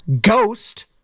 Ghost